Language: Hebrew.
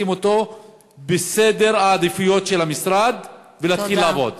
את הכביש הזה בסדר העדיפויות של המשרד ולהתחיל לעבוד.